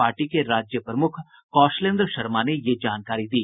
party के राज्य प्रमुख कौशलेंद्र शर्मा ने ये जानकारी दी